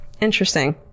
Interesting